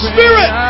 Spirit